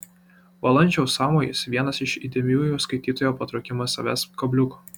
valančiaus sąmojis vienas iš įdėmiųjų skaitytojo patraukimo savęsp kabliukų